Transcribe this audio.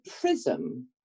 prism